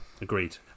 Agreed